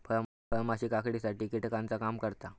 फळमाशी काकडीसाठी कीटकाचा काम करता